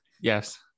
yes